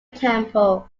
temple